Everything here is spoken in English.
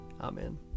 Amen